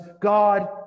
God